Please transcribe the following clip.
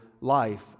life